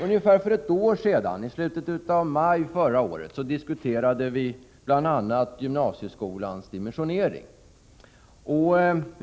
Ungefär för ett år sedan, i slutet av maj förra året, diskuterade vi bl.a. gymnasieskolans dimensionering.